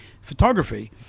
photography